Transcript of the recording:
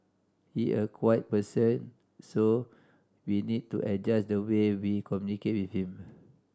he a quiet person so we need to adjust the way we communicate with him